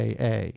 AA